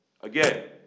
Again